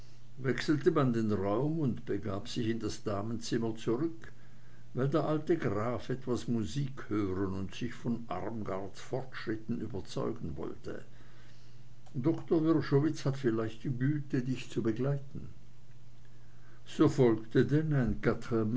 wechselte man den raum und begab sich in das damenzimmer zurück weil der alte graf etwas musik hören und sich von armgards fortschritten überzeugen wollte doktor wrschowitz hat vielleicht die güte dich zu begleiten so folgte denn